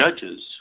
judges